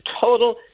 total